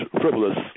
frivolous